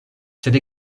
sed